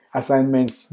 assignments